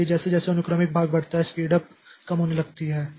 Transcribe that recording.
इसलिए जैसे जैसे अनुक्रमिक भाग बढ़ता है स्पीड उप कम होने लगती है